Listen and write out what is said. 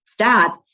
stats